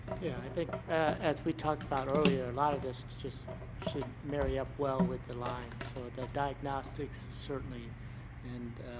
yeah, i think. as we talked about earlier, a lot of this just should marry-up well with the lyme. so the diagnostics certainly and